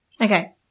Okay